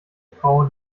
frau